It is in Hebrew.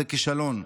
זה כישלון.